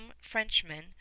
frenchmen